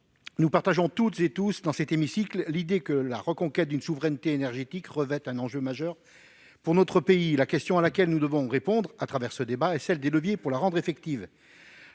nous partageons tous et toutes, dans cet hémicycle, l'idée que la reconquête d'une souveraineté énergétique constitue un enjeu majeur pour notre pays. La question à laquelle nous devons répondre à travers ce débat est celle des leviers pour la rendre effective.